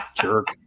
Jerk